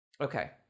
okay